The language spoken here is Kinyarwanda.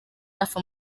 hafi